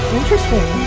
interesting